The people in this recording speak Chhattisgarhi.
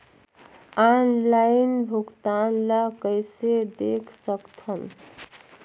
ऑनलाइन भुगतान ल कइसे देख सकथन?